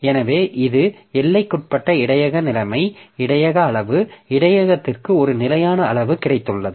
எனவே அது எல்லைக்குட்பட்ட இடையக நிலைமை இடையக அளவு இடையகத்திற்கு ஒரு நிலையான அளவு கிடைத்துள்ளது